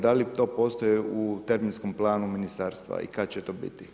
Da li to postoji u terminskom planu ministarstva i kad će to biti?